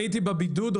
הייתי בבידוד,